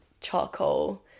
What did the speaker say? charcoal